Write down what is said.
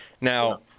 Now